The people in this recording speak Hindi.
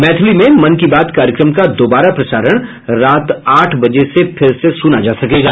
मैथिली में मन की बात कार्यक्रम का दोबारा प्रसारण रात आठ बजे से फिर से सुना जा सकेगा